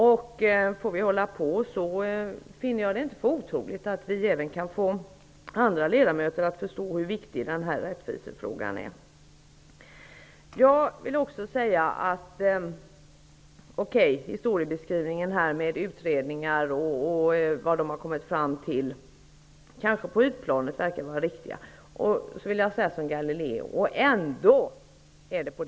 Om vi får hålla på ett tag till håller jag det inte för otroligt att vi även kan få andra ledamöter att förstå hur viktig denna rättvisefråga är. Historieskrivningen, och talet om utredningar och vad de har kommit fram till, kanske på ytplanet verkar vara riktig. Jag vill säga som Galilei: och ändå rör den sig!